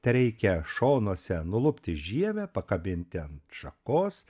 tereikia šonuose nulupti žievę pakabinti ant šakos